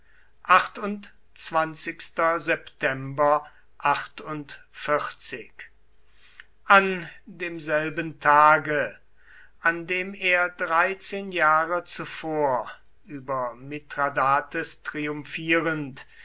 an demselben tage an dem er dreizehn jahre zuvor über mithradates triumphierend